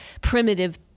primitive